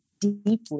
deeply